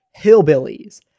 hillbillies